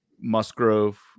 Musgrove